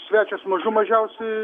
svečias mažų mažiausiai